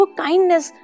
kindness